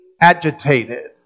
agitated